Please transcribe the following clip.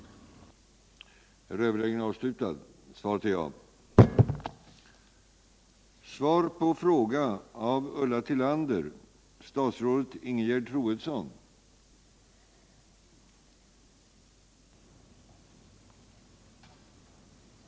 att belysa olika aspekter på civil motstånd av abortlagstiftningen